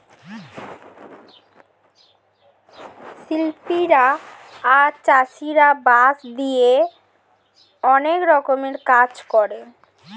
শিল্পীরা আর চাষীরা বাঁশ দিয়ে অনেক রকমের কাজ করে